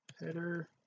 header